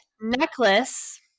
necklace